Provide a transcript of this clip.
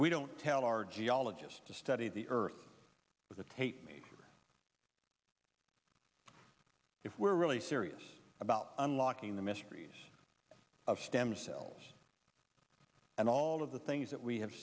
we don't tell our geologist to study the earth with a tape measure if we're really serious about unlocking the mysteries of stem cells and all of the things that we have